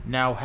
Now